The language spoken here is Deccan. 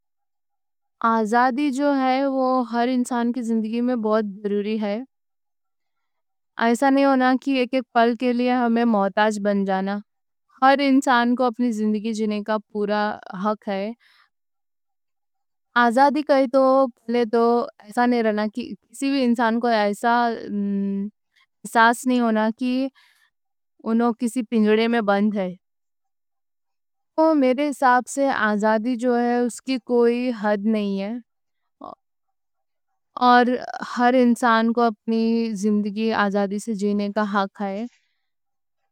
آزادی جو ہے وہ ہر انسان کی زندگی میں بہت ضروری ہے ایسا نہیں ہونا کہ ایک ایک پل کے لیے ہمیں محتاج بن جانا ہر انسان کو اپنی زندگی جینے کا پورا حق ہے آزادی کہیں تو پہلے تو ایسا نہیں رہنا کہ کسی بھی انسان کو ایسا احساس نہیں ہونا کہ انہوں کسی پنجرے میں بند ہے میرے حساب سے آزادی جو ہے اس کی کوئی حد نہیں ہے اور ہر انسان کو اپنی زندگی آزادی سے جینے کا حق ہے